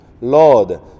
Lord